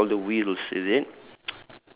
the trail of the wheels is it